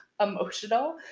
emotional